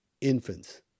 infants